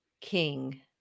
King